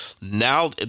Now